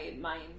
mind